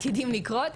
עתידים לקרות,